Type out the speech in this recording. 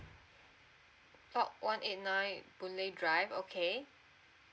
oh one eight nine boon lay drive okay